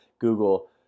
Google